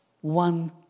One